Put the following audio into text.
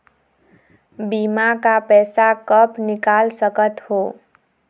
बीमा का पैसा कब निकाल सकत हो?